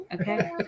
Okay